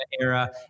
era